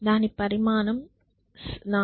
దాని పరిమాణం 4